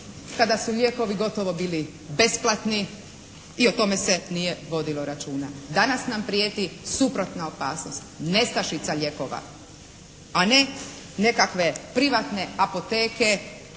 kada su lijekovi gotovo bili besplatni i o tome se nije vodilo računa. Danas nam prijeti suprotna opasnost, nestašica lijekova, a ne nekakve privatne apoteke